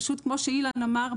פשוט כמו שאילן אמר,